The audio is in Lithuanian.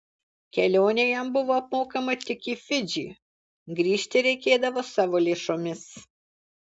kelionė jam buvo apmokama tik į fidžį grįžti reikėdavo savo lėšomis